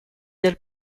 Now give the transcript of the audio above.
del